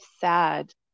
sad